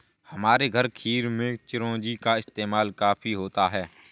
हमारे घर खीर में चिरौंजी का इस्तेमाल काफी होता है